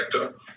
sector